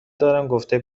دارمگفته